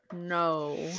no